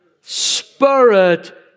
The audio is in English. Spirit